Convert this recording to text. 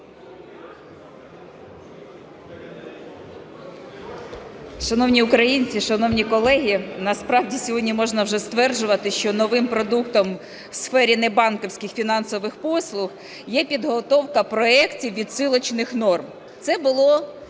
Шановні українці, шановні колеги! Насправді сьогодні можна вже стверджувати, що новим продуктом у сфері небанківських фінансових послуг є підготовка проектів відсилочних норм. Це було